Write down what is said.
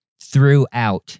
throughout